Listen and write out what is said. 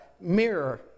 mirror